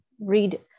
read